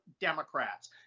Democrats